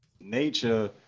nature